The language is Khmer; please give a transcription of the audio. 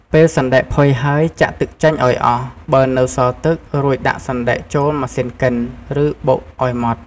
ពេលសណ្ដែកផុយហើយ ចាក់ទឹកចេញឱ្យអស់ បើនៅសល់ទឹក រួចដាក់សណ្ដែកចូលម៉ាស៊ីនកិន ឬបុក ឱ្យម៉ដ្ឋ។